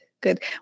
good